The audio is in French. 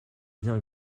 bien